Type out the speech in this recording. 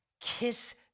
Kiss